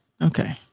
Okay